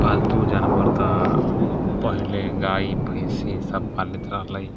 पालतू जानवर तऽ पहिले गाइए भैँस ईसब पालैत रहलै